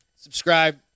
Subscribe